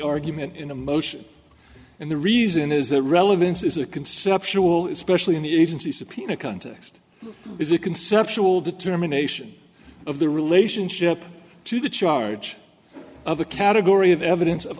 argument in a motion and the reason is that relevance is a conceptual especially in the agency subpoena context is a conceptual determination of the relationship to the charge of the category of evidence of